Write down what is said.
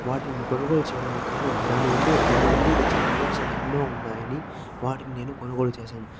వాటిని కొనుగోలు చేయడానికి కారణం దాని నుండి దాని నుండి వచ్చే ప్రయోజనాలు ఎన్నో ఉన్నాయి అని వాటిని నేను కొనుగోలు చేశాను